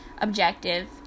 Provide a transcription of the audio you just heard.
objective